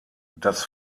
das